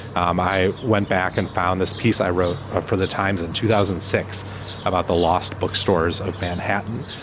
um i went back and found this piece i wrote ah for the times in two thousand and six about the lost bookstores of manhattan.